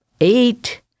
eight